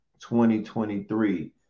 2023